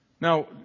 Now